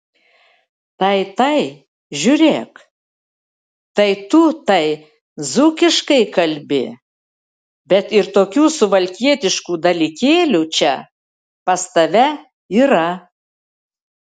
tai tai žiūrėk tai tu tai dzūkiškai kalbi bet ir tokių suvalkietiškų dalykėlių čia pas tave yra